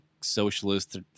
socialist